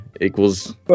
Equals